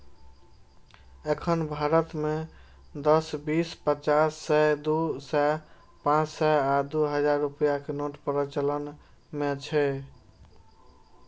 एखन भारत मे दस, बीस, पचास, सय, दू सय, पांच सय आ दू हजार रुपैया के नोट प्रचलन मे छै